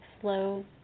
slow